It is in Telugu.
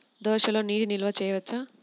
దోసలో నీటి నిల్వ చేయవచ్చా?